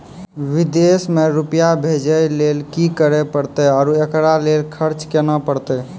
विदेश मे रुपिया भेजैय लेल कि करे परतै और एकरा लेल खर्च केना परतै?